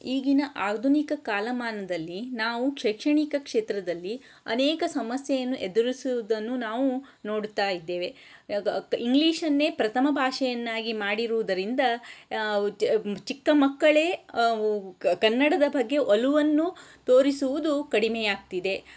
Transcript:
ಈಗಿನ ಆಧುನಿಕ ಕಾಲಮಾನದಲ್ಲಿ ನಾವು ಶೈಕ್ಷಣಿಕ ಕ್ಷೇತ್ರದಲ್ಲಿ ಅನೇಕ ಸಮಸ್ಯೆಯನ್ನು ಎದುರಿಸುವುದನ್ನು ನಾವು ನೋಡುತ್ತಾ ಇದ್ದೇವೆ ಇಂಗ್ಲೀಷನ್ನೇ ಪ್ರಥಮ ಭಾಷೆಯನ್ನಾಗಿ ಮಾಡಿರುವುದರಿಂದ ಚಿಕ್ಕ ಮಕ್ಕಳೇ ಕ ಕನ್ನಡದ ಬಗ್ಗೆ ಒಲವನ್ನು ತೋರಿಸುವುದು ಕಡಿಮೆ ಆಗ್ತಿದೆ